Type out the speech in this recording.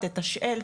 תתשאל,